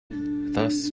thus